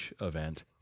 event